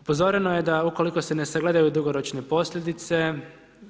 Upozoreno je da ukoliko se ne sagledaju dugoročne posljedice,